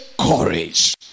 courage